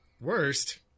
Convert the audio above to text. Worst